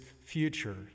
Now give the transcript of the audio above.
future